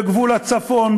בגבול הצפון,